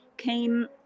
came